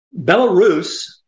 Belarus